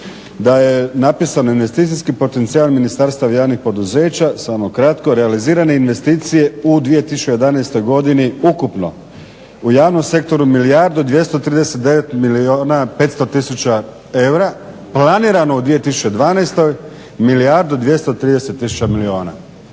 da je napisano investicijski potencijal ministarstva i javnih poduzeća, samo kratko, realizirane investicije u 2011. godine ukupno u javnom sektoru milijardu 239 milijuna 500 tisuća eura, planirano u 2012. milijardu 230